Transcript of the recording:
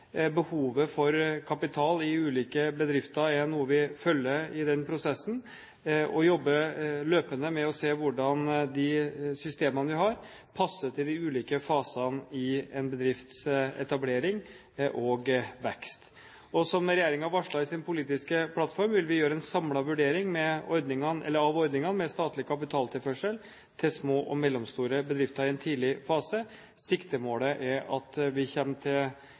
Behovet for kapital i ulike bedrifter er noe vi følger i den prosessen, og vi jobber løpende med å se hvordan de systemene vi har, passer til de ulike fasene i en bedrifts etablering og vekst. Som regjeringen varslet i sin politiske plattform, vil vi gjøre en samlet vurdering av ordningene med statlig kapitaltilførsel til små og mellomstore bedrifter i en tidlig fase. Siktemålet er at vi kommer fram til